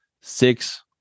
Six